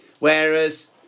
Whereas